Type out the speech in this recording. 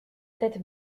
tête